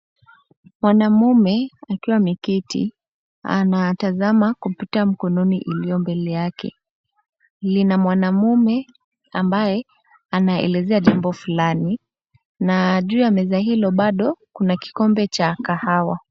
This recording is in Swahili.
Mwanamume akiwa ameketi anatazama kompyuta mkononi iliyo mbele yake. Lina mwanamume ambaye anaelezea jambo fulani na juu ya meza hilo bado kuna kikombe cha kahawa.